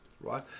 right